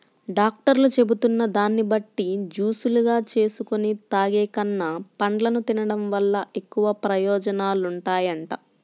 డాక్టర్లు చెబుతున్న దాన్ని బట్టి జూసులుగా జేసుకొని తాగేకన్నా, పండ్లను తిన్డం వల్ల ఎక్కువ ప్రయోజనాలుంటాయంట